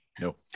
No